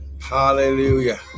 hallelujah